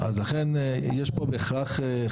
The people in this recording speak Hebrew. אני מאמינה שתוך כדי דיון נשמע הרבה מאוד